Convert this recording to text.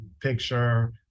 picture